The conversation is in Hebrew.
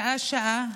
שעה-שעה,